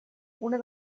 una